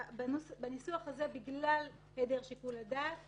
בניסוח הזה, בגלל היעדר שיקול הדעת.